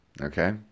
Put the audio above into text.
Okay